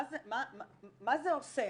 מה זה עושה,